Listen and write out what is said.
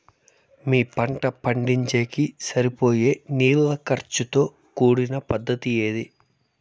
మీ పంట పండించేకి సరిపోయే నీళ్ల ఖర్చు తో కూడిన పద్ధతి ఏది?